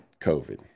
covid